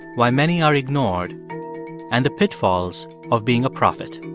why many are ignored and the pitfalls of being a prophet